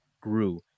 grew